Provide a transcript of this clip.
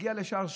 הגיע לשער שכם,